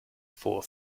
for